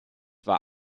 war